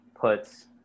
puts